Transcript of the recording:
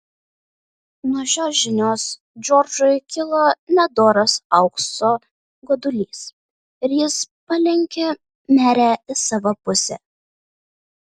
nuo šios žinios džordžui kilo nedoras aukso godulys ir jis palenkė merę į savo pusę